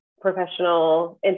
professional